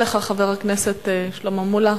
אני מודה לך, חבר הכנסת שלמה מולה.